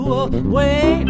away